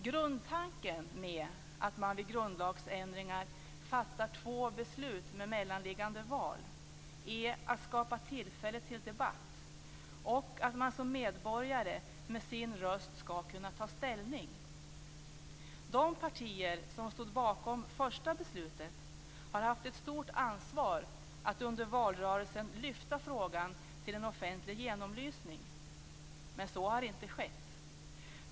Grundtanken med att man vid grundlagsändringar fattar två beslut med mellanliggande val är att skapa tillfälle till debatt och att man som medborgare med sin röst skall kunna ta ställning. De partier som stod bakom första beslutet har haft ett stort ansvar att under valrörelsen lyfta frågan till en offentlig genomlysning, men så har inte skett.